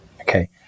Okay